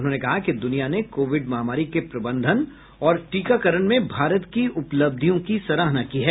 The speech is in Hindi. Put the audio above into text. उन्होंने कहा कि दुनिया ने कोविड महामारी के प्रबंधन और टीकाकरण में भारत की उपलिब्धयों की सराहना की है